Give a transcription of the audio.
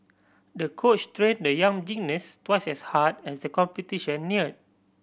the coach trained the young gymnast twice as hard as the competition neared